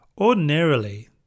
Ordinarily